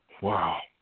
Wow